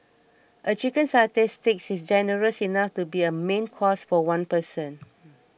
a Chicken Satay Stick is generous enough to be a main course for one person